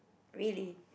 really